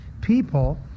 people